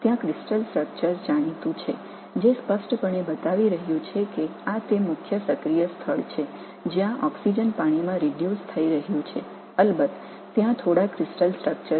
அறியப்பட்ட படிக அமைப்பு உள்ளது இது ஆக்ஸிஜன் நீராக ஓடுக்கம் அடையும் முக்கிய செயலில் உள்ள தளம் என்பதை தெளிவாகக் காட்டுகிறது